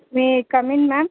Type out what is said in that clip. may I come in ma'am